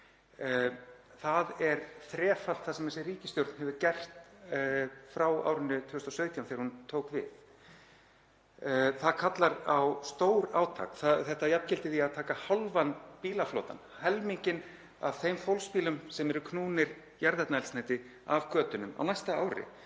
ári er þrefalt það sem þessi ríkisstjórn hefur gert frá árinu 2017 þegar hún tók við. Það kallar á stórátak. Þetta jafngildir því að taka hálfan bílaflotann, helminginn af þeim fólksbílum sem eru knúnir jarðefnaeldsneyti af götunum á næsta ári.